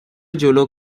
جلو